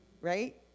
right